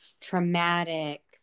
traumatic